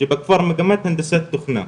במגמת הנדסת תוכנה,